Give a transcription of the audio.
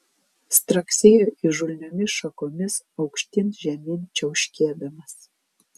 straksėjo įžulniomis šakomis aukštyn žemyn čiauškėdamas